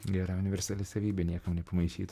gera universali savybė niekam nepamaišytų